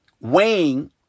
weighing